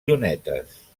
llunetes